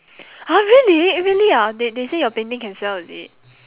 !huh! really really ah they they say your painting can sell is it